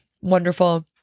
wonderful